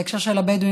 בהקשר של הבדואים,